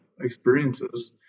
experiences